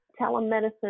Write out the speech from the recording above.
telemedicine